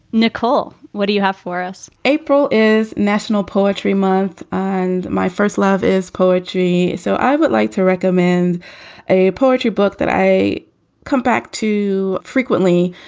nicole, what do you have for us? april is national poetry month, and my first love is poetry. so i would like to recommend a poetry book that i come back to frequently.